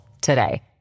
today